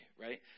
right